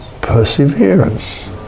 perseverance